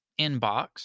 inbox